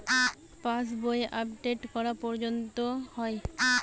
পাশ বই আপডেট কটা পর্যন্ত হয়?